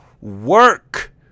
work